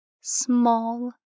small